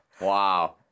Wow